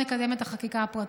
נקדם את החקיקה הפרטית.